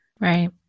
Right